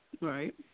right